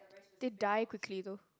they die quickly though